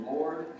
Lord